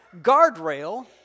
guardrail